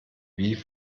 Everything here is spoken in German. wie